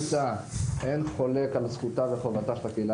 אין חולק על זכותה וחובתה של הקהילה